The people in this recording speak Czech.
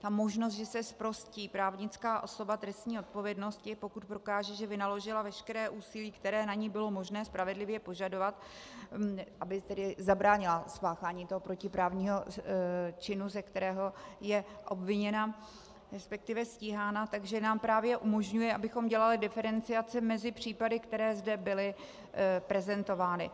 Ta možnost, že se zprostí právnická osoba trestní odpovědnosti, pokud prokáže, že vynaložila veškeré úsilí, které na ní bylo možné spravedlivě požadovat, aby zabránila spáchání toho protiprávnímu činu, ze kterého je obviněna, respektive stíhána, nám právě umožňuje, abychom dělali diferenciaci mezi případy, které zde byly prezentovány.